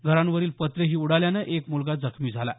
घरांवरील पत्रेही उडाल्यामुळं एक मुलगा जखमी झाला आहे